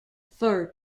fur